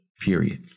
period